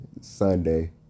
Sunday